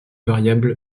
variable